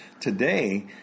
Today